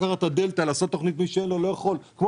לקחת את הדלתא ולעשות תוכנית למי שאין לו ולא יכול - כמו